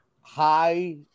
high